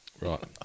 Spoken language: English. right